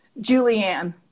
Julianne